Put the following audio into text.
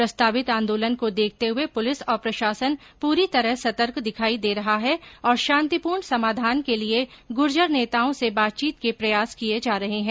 प्रस्तावित आंदोलन को देखते हुए पुलिस और प्रशासन पूरी तरह सतर्क दिखाई दे रहा है और शांतिपूर्ण समाधान के लिये गुर्जर नेताओं से बातचीत के प्रयास किये जा रहे हैं